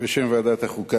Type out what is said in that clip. בשם ועדת החוקה,